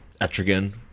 Etrigan